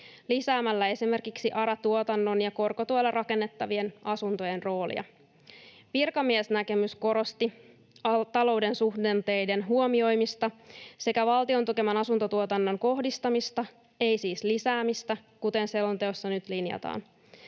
lisäämällä esimerkiksi ARA-tuotannon ja korkotuella rakennettavien asuntojen roolia. Virkamiesnäkemys korosti talouden suhdanteiden huomioimista sekä valtion tukeman asuntotuotannon kohdistamista, ei siis lisäämistä kuten selonteossa nyt linjataan.